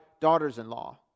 daughters-in-law